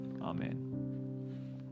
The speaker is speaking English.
amen